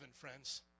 friends